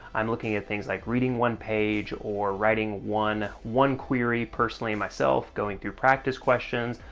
i'm looking at things like reading one page, or writing one one query, personally, myself, going through practice questions,